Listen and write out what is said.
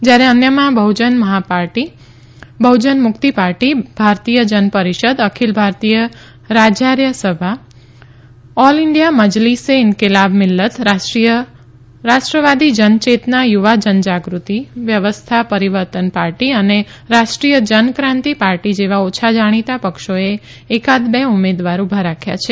જ્યારે અન્યમાં Bahujan Maha party Bahujan Mukti party Bharatiya Janparishad Akhil Bharatiya Rajarya Sabha all India Majlise Inquilabe Millat Rashtrawadi Janchetna Yuva Janjagruti Vyavastha Parivartan party અને રાષ્ટ્રીય જનક્રાંતિ પાર્ટી જેવા ઓછા જાણીતા પક્ષોએ એકાદ બે ઉમેદવાર ઉભા રાખ્યા છે